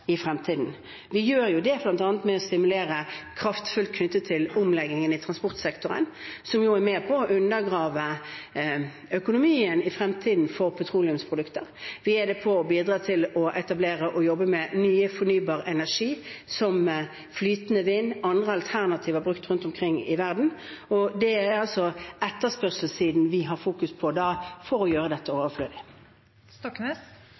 i fremtiden. Vi gjør det bl.a. ved å stimulere kraft fullt knyttet til omleggingen i transportsektoren, noe som jo er med på å undergrave økonomien for petroleumsprodukter i fremtiden. Vi gjør det ved å bidra til å etablere og jobbe med fornybar energi, som flytende vind og andre alternativer brukt rundt omkring i verden. Det er da etterspørselssiden vi fokuserer på for å gjøre dette